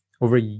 over